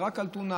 ורק על טונה,